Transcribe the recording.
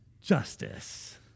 justice